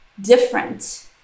different